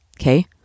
okay